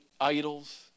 idols